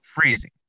Freezing